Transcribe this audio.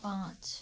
पाँच